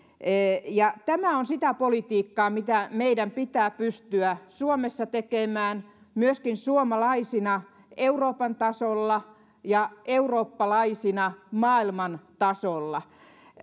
tämä on sitä politiikkaa mitä meidän pitää pystyä suomessa tekemään myöskin suomalaisina euroopan tasolla ja eurooppalaisina maailman tasolla